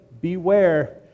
beware